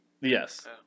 Yes